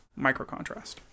microcontrast